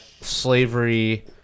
slavery